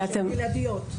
שהן בלעדיות.